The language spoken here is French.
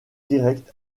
directe